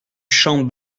champ